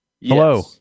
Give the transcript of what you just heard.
Hello